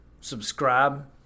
subscribe